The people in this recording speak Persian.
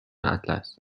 اطلس